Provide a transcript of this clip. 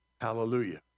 Hallelujah